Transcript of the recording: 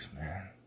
man